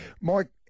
Mike